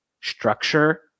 structure